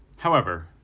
however,